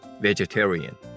vegetarian